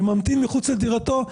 שממתין בחוץ לדירתו,